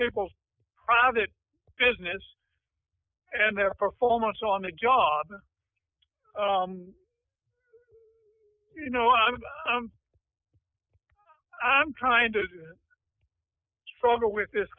people's private business and their performance on the job you know i'm i'm trying to struggle with this